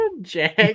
Jack